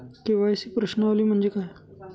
KYC प्रश्नावली म्हणजे काय?